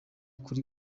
kuri